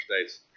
states